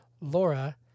Laura